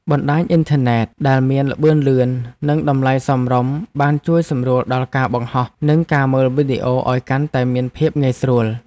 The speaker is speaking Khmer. បណ្តាញអ៊ីនធឺណិតដែលមានល្បឿនលឿន និងតម្លៃសមរម្យបានជួយសម្រួលដល់ការបង្ហោះ និងការមើលវីដេអូឱ្យកាន់តែមានភាពងាយស្រួល។